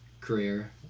career